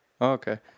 Okay